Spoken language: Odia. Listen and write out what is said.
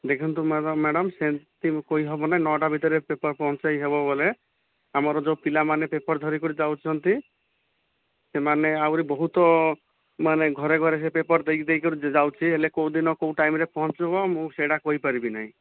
ଦେଖନ୍ତୁ ମ୍ୟାଡ଼ମ ସେମିତି କହିହେବ ନାହିଁ ନଅଟା ଭିତରେ ପେପର୍ ପହଞ୍ଚେଇ ହେବ ବୋଲେ ଆମର ଯେଉଁ ପିଲାମାନେ ପେପର୍ ଧରିକରି ଯାଉଛନ୍ତି ସେମାନେ ଆହୁରି ବହୁତ ମାନେ ଘରେ ଘରେ ସେ ପେପର୍ ଦେଇକରି ଯାଉଛି ହେଲେ କେଉଁଦିନ କେଉଁ ଟାଇମରେ ପହଞ୍ଚିବ ମୁଁ ସେଇଟା କହି ପାରିବି ନାହିଁ